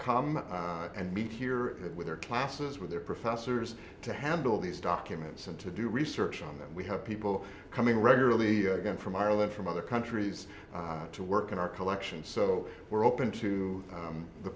come and meet here and with their classes with their professors to handle these documents and to do research on them we have people coming regularly again from ireland from other countries to work in our collections so we're open to